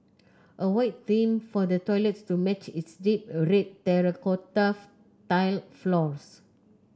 a white theme for the toilets to match its deep red terracotta tiled floors